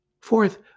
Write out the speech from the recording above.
Fourth